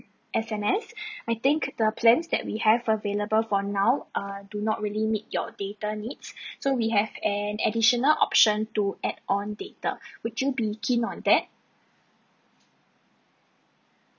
S_M_S I think the plans that we have available for now err do not really meet your data needs so we have an additional option to add on data would you be keen on that